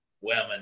women